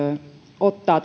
ottaa